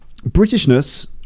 britishness